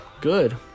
Good